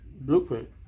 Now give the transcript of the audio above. blueprint